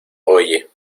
oye